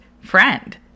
friend